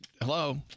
hello